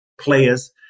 players